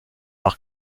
dans